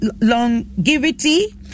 longevity